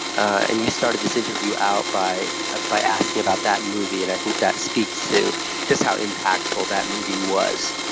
and you started this interview out by ah by asking about that movie, and i think that speaks to just how impactful that movie was.